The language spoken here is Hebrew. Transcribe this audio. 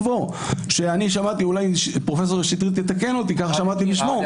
אולי פרופ' שטרית יתקן אותי, כך שמעתי בשמו.